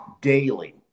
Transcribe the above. daily